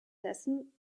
dessen